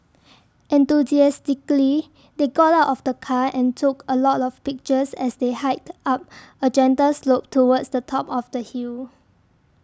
enthusiastically they got out of the car and took a lot of pictures as they hiked up a gentle slope towards the top of the hill